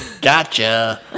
Gotcha